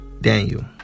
Daniel